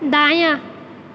दायाँ